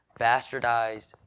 bastardized